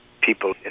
people